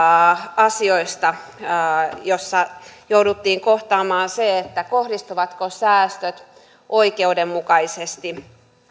asioista jossa jouduttiin kohtaamaan se kohdistuvatko säästöt oikeudenmukaisesti